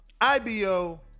ibo